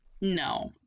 no